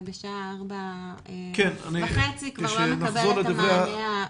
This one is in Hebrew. בשעה ארבע וחצי כבר לא מקבל את המענה.